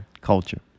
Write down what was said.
culture